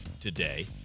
today